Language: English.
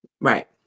Right